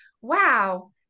wow